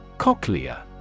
Cochlea